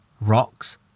rocks